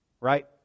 Right